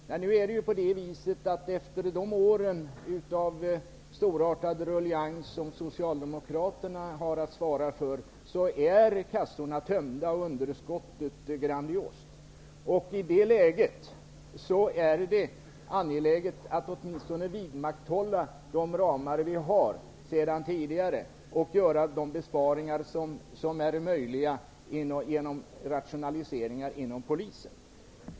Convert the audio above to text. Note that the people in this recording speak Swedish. Men efter de år av storartad ruljans som Socialdemokraterna har att svara för är kassorna tömda och underskottet grandiost. I det läget är det angeläget att åtminstone vidmakthålla de ramar som vi sedan tidigare har och att göra de besparingar som är möjliga genom rationaliseringar inom polisen.